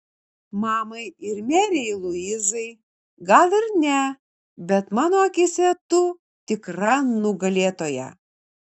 mamai ir merei luizai gal ir ne bet mano akyse tu tikra nugalėtoja